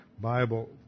Bible